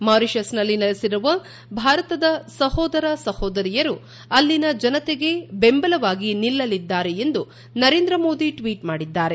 ಮಾರಿಷಸ್ನಲ್ಲಿ ನೆಲೆಸಿರುವ ಭಾರತದ ಸಹೋದರ ಸಹೋದರಿಯರು ಅಲ್ಲಿನ ಜನತೆಗೆ ಬೆಂಬಲವಾಗಿ ನಿಲ್ಲಲಿದ್ದಾರೆ ಎಂದು ನರೇಂದ್ರ ಮೋದಿ ಟ್ವೀಟ್ ಮಾಡಿದ್ದಾರೆ